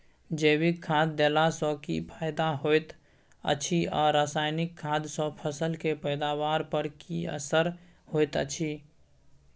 जैविक खाद देला सॅ की फायदा होयत अछि आ रसायनिक खाद सॅ फसल के पैदावार पर की असर होयत अछि?